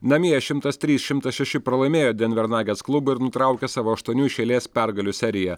namie šimtas trys šimtas šeši pralaimėjo denver nagets klubui ir nutraukė savo aštuonių iš eilės pergalių seriją